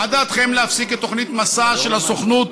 מה דעתכם להפסיק את תוכנית "מסע" של הסוכנות,